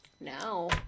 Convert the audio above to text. No